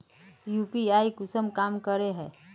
UPI कुंसम काम करे है?